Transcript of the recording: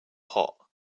hot